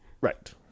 right